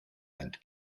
and